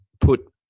put